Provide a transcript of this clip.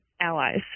allies